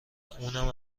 اونم